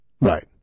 Right